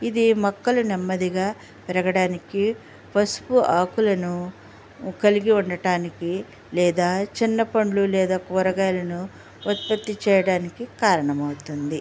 ఇది మొక్కలు నెమ్మదిగా పెరగడానికి పసుపు ఆకులను కలిగి ఉండటానికి లేదా చిన్న పండ్లు లేదా కూరగాయలను ఉత్పత్తి చేయడానికి కారణమవుతుంది